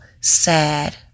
sad